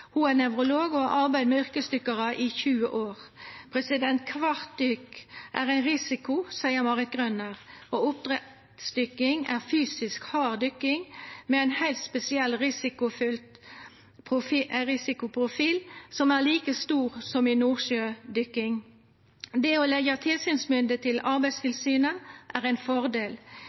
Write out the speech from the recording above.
Ho er nevrolog og har arbeidd med yrkesdykkarar i 20 år. Kvart dykk er ein risiko, seier Marit Grønning, og oppdrettsdykking er fysisk hard dykking med ein heilt spesiell risikoprofil, som er like stor som i nordsjødykking. Det å leggja tilsynsmyndet til Arbeidstilsynet er ein fordel,